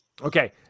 okay